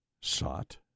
sought